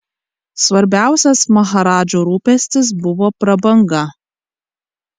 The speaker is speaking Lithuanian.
svarbiausias maharadžų rūpestis buvo prabanga